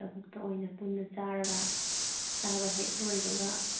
ꯂꯧꯕꯨꯛꯇ ꯑꯣꯏꯅ ꯄꯨꯟꯅ ꯆꯥꯔꯒ ꯆꯥꯕ ꯍꯦꯛ ꯂꯣꯏꯕꯒ